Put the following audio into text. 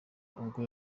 ubwo